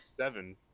seven